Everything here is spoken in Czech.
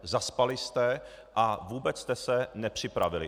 Zaspali jste a vůbec jste se nepřipravili.